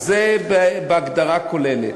אז זה בהגדרה כוללת.